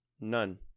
none